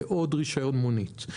לעוד רישיון מונית,